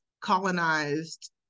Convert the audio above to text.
colonized